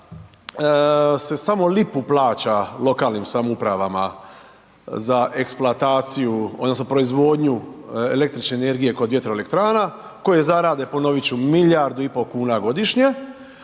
se samo u lipu plaća lokalnim samoupravama, za eksploataciju, odnosno, proizvodnju električne energije, kod vjetroelektrana, koje zarade, ponoviti ću, milijardu i pol kuna godišnje,